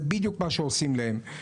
זה בדיוק מה שעושים להם.